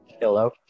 Hello